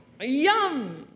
Yum